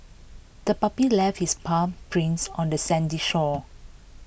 the puppy left its paw prints on the sandy shore